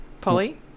Polly